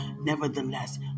nevertheless